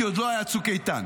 כי עוד לא היה צוק איתן.